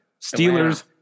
Steelers